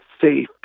safe